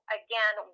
again